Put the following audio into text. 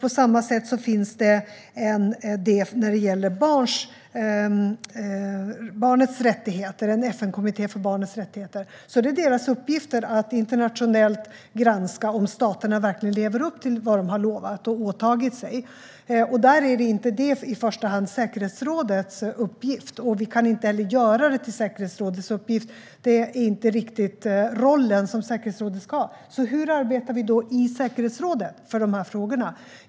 På samma sätt finns det en FN-kommitté för barns rättigheter. Det är deras uppgift att internationellt granska om staterna verkligen lever upp till vad de har lovat och åtagit sig att göra. Detta är inte i första hand säkerhetsrådets uppgift, och vi kan inte heller göra det till säkerhetsrådets uppgift. Det är inte riktigt den roll som säkerhetsrådet ska ha. Hur arbetar vi då i säkerhetsrådet med dessa frågor?